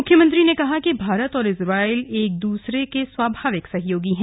मुख्यमंत्री ने कहा कि भारत और इजरायल एक दूसरे के स्वाभाविक सहयोगी हैं